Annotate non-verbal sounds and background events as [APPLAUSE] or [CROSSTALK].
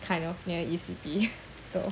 kind of near E_C_P [NOISE] so